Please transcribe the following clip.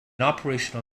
operational